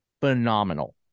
phenomenal